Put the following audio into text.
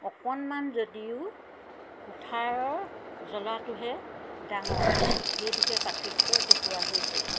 অকণমান যদিও কুঠাৰৰ জ্বলাটোহে ডাঙৰ সেইটোকে পাৰ্থক্য দেখুওৱা হৈছে